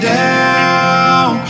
down